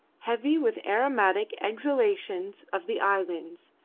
heavy with aromatic exhalations of the islands,